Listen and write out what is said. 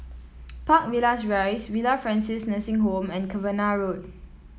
Park Villas Rise Villa Francis Nursing Home and Cavenagh Road